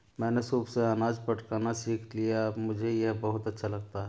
मैंने सूप से अनाज फटकना सीख लिया है मुझे यह बहुत अच्छा लगता है